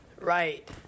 Right